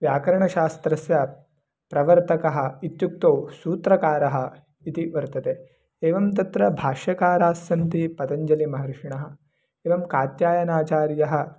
व्याकरणशास्त्रस्य प्रवर्तकः इत्युक्तौ सूत्रकारः इति वर्तते एवं तत्र भाष्यकारास्सन्ति पतञ्जलिमहर्षिणः एवं कात्यायनाचार्यः